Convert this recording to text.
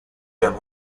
done